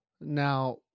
Now